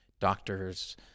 doctors